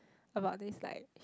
about this like